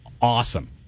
awesome